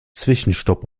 zwischenstopp